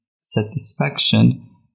satisfaction